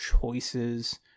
choices